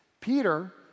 Peter